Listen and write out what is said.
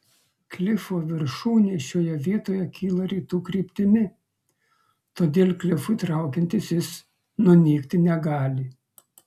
klifo viršūnė šioje vietoje kyla rytų kryptimi todėl klifui traukiantis jis nunykti negali